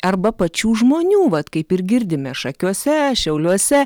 arba pačių žmonių vat kaip ir girdime šakiuose šiauliuose